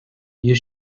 you